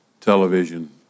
television